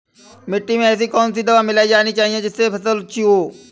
मिट्टी में ऐसी कौन सी दवा मिलाई जानी चाहिए जिससे फसल अच्छी हो?